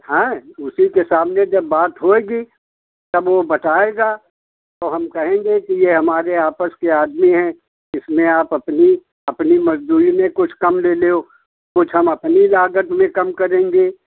हैं उसकी सामने जब बात होयगी तब वह बताएगा तो हम कहेंगे यह हमारे आपस के आदमी हैं इसमें इसमें आप अपनी अपनी मज़दूरी में कुछ कम ले लो कुछ हम अपनी लागत में कम करेंगे